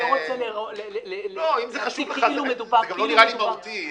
זה לא נראה לי מהותי.